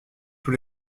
tous